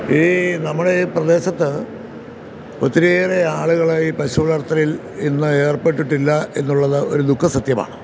ഈ നമ്മുടെ ഈ പ്രദേശത്ത് ഒത്തിരിയേറെ ആളുകൾ ഈ പശു വളർത്തലിൽ ഇന്ന് ഏർപ്പെട്ടിട്ടില്ല എന്നുള്ളത് ഒരു ദുഃഖസത്യമാണ്